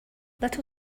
little